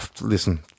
listen